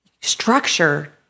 structure